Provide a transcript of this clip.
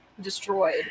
destroyed